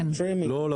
כן.